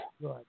good